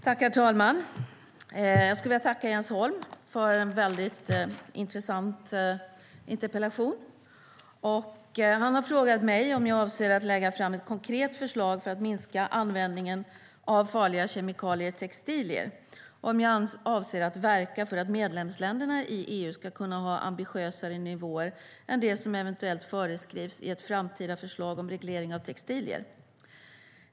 Herr talman! Jag tackar Jens Holm för en mycket intressant interpellation. Han har frågat mig om jag avser att lägga fram ett konkret förslag för att minska användningen av farliga kemikalier i textilier samt om jag avser att verka för att medlemsländerna i EU ska kunna ha ambitiösare nivåer än de som eventuellt föreskrivs i ett framtida förslag om reglering av textilier.